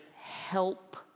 help